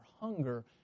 hunger